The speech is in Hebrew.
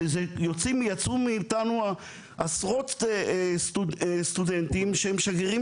יצאו מאיתנו עשרות סטודנטים שהם שגרירים